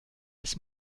des